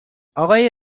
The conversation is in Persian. آقای